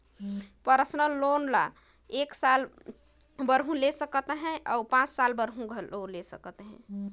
personal loan ल एक साल बर घलो ले सकत हस अउ पाँच साल बर घलो